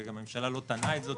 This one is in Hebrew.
גם הממשלה לא טענה את זה,